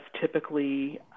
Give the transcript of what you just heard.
typically